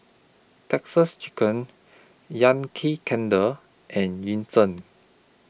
Texas Chicken Yankee Candle and Yishion